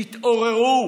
תתעוררו.